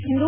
Sindhu